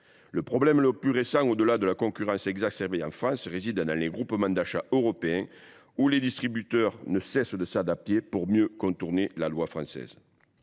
Le problème le plus récent, au delà de la concurrence exacerbée en France, réside dans les groupements d’achats européens, au sein desquels les distributeurs ne cessent de s’adapter pour mieux contourner la loi française,